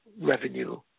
revenue